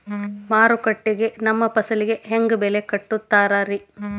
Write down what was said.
ಮಾರುಕಟ್ಟೆ ಗ ನಮ್ಮ ಫಸಲಿಗೆ ಹೆಂಗ್ ಬೆಲೆ ಕಟ್ಟುತ್ತಾರ ರಿ?